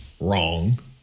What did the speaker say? wrong